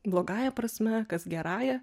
blogąja prasme kas gerąja